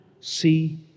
see